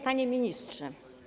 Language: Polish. Panie Ministrze!